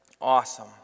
awesome